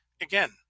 again